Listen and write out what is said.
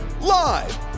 Live